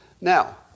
Now